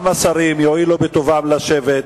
גם השרים יואילו בטובם לשבת.